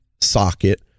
socket